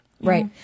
right